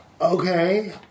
Okay